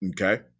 Okay